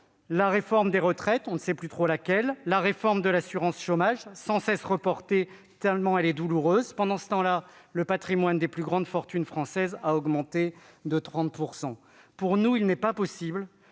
La réforme des retraites ? On ne sait plus trop laquelle. La réforme de l'assurance chômage, sans cesse reportée, tellement elle est douloureuse ? Pendant ce temps, le patrimoine des plus grandes fortunes françaises a augmenté de 30 %. Pour nous, il n'est pas possible